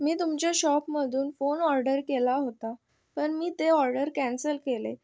मी तुमच्या शॉपमधून phone order केला होता पण मी ते ऑर्डर कॅन्सल केले